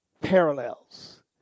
parallels